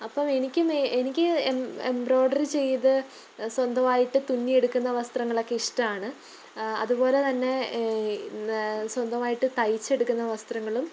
അപ്പം എനിക്ക് എനിക്ക് എംബ്രോഡറി ചെയ്തു സ്വന്തമായിട്ട് തുന്നിയെടുക്കുന്ന വസ്ത്രങ്ങളൊക്കെ ഇഷ്ടമാണ് അതുപോലെതന്നെ ഇന്ന് സ്വന്തവായിട്ട് തൈച്ചെടുക്ക്ന്ന വസ്ത്രങ്ങളും